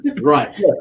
right